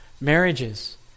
Marriages